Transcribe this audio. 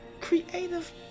creative